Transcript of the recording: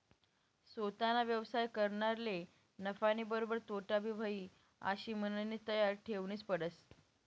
सोताना व्यवसाय करनारले नफानीबरोबर तोटाबी व्हयी आशी मननी तयारी ठेवनीच पडस